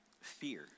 fear